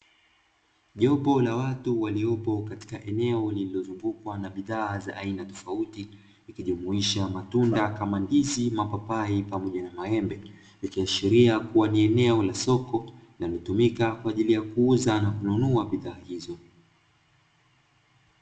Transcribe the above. Jopo la watu walipo katika eneo lililo zungukwa na bidhaa za aina tofauti ikijumuisha matunda kama, ndizi, mapapai, pamoja na maembe ikiashiria kuwa ni eneo la soko linalotumika kwa ajili ya kuuza au kununua bidhaa hizo.